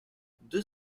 deux